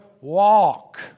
walk